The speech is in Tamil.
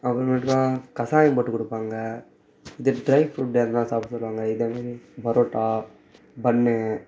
அப்புறமேட்டுக்கா கசாயம் போட்டு கொடுப்பாங்க இந்த ட்ரை ஃபுட்டு அதலாம் சாப்பிட சொல்வாங்க பரோட்டா பன்னு